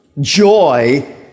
joy